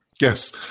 Yes